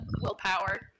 willpower